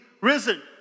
risen